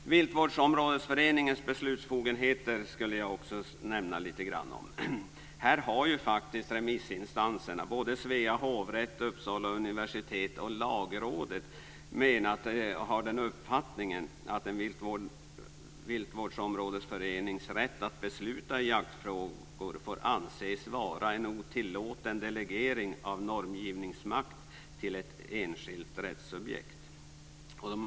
Jag skulle också nämna lite grann om viltvårdsområdesföreningens beslutsbefogenheter. Här har remissinstanserna - Svea hovrätt, Uppsala universitet och Lagrådet - den uppfattningen att en viltvårdsområdesförenings rätt att besluta om jaktfrågor får anses vara en otillåten delegering av normgivningsmakt till ett enskilt rättssubjekt.